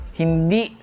hindi